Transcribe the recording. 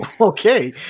okay